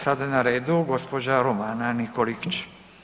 Sada je na redu gđa. Romana Nikolić.